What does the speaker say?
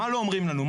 מה לא אומרים לנו?